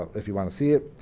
ah if you wanna see it.